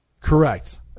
Correct